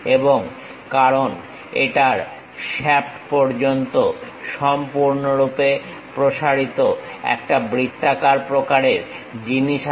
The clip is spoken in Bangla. এবং কারণ এটার শ্যাফট পর্যন্ত সম্পূর্ণরূপে প্রসারিত একটা বৃত্তাকার প্রকারের জিনিস আছে